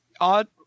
odd